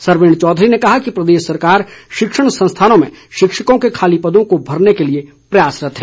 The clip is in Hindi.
सरवीण चौधरी ने कहा कि प्रदेश सरकार शिक्षण संस्थानों में शिक्षकों के खाली पदों को भरने के लिए प्रयासरत है